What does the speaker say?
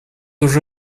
уже